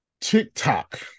TikTok